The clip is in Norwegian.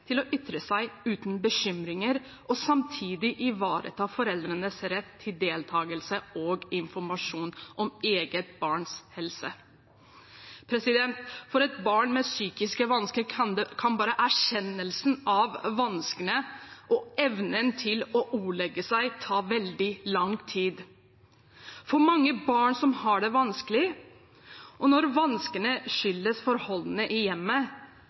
til å ytre seg uten bekymringer, og samtidig ivareta foreldrenes rett til deltakelse og informasjon om eget barns helse. For et barn med psykiske vansker kan bare erkjennelsen av vanskene og evnen til å ordlegge seg ta veldig lang tid. For mange barn som har det vanskelig, og når vanskene skyldes forholdene i hjemmet,